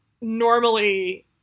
normally